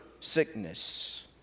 sickness